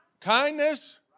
Kindness